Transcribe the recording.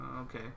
okay